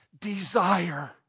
desire